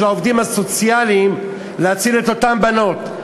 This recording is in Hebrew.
העובדים הסוציאליים להציל את אותן בנות.